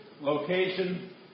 location